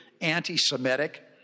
anti-Semitic